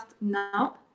now